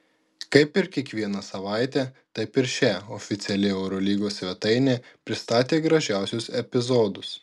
kaip ir kiekvieną savaitę taip ir šią oficiali eurolygos svetainė pristatė gražiausius epizodus